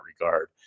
regard